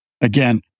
Again